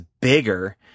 bigger